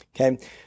Okay